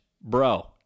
Bro